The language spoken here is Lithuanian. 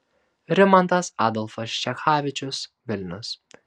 rimantas adolfas čechavičius vilnius